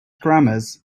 grammars